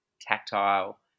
tactile